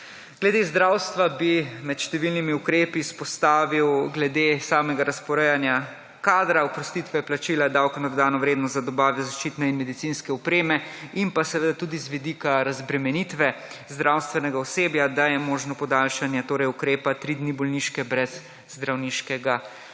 Glede zdravstva bi med številnimi ukrepi izpostavil glede samega razporejanja kadra, oprostitve plačila davka na dodatno vrednost za dobavo zaščitne in medicinske opreme in pa seveda tudi z vidika razbremenitve zdravstvenega osebja, da je možno podaljšanje torej ukrepa 3 dni bolniške brez zdravniškega potrdila.